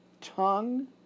tongue